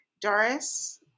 Doris